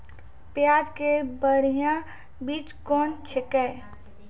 प्याज के बढ़िया बीज कौन छिकै?